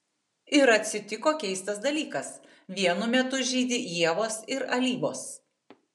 ir atsitiko keistas dalykas vienu metu žydi ievos ir alyvos